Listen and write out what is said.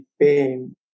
pain